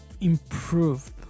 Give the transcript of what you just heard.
improved